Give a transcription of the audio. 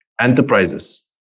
enterprises